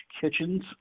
kitchens